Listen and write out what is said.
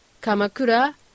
Kamakura